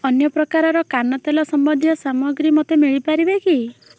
ଅନ୍ୟପ୍ରକାରର କାନ ତେଲ ସମ୍ବନ୍ଧୀୟ ସାମଗ୍ରୀ ମୋତେ ମିଳିପାରିବ କି